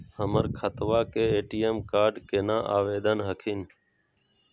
हमर खतवा के ए.टी.एम कार्ड केना आवेदन हखिन?